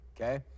okay